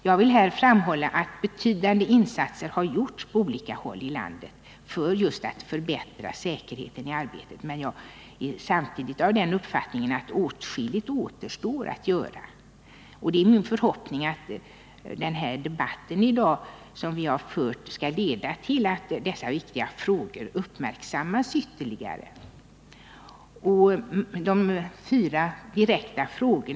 Jag vill här framhålla att betydande insatser har gjorts på olika håll i landet just för att förbättra säkerheten i arbetet. Men jag är samtidigt av den uppfattningen att åtskilligt återstår att göra. Det är min förhoppning att den debatt som vi i dag har fört skall leda till att dessa viktiga frågor ytterligare uppmärksammas. Margot Håkansson ställde fyra direkta frågor.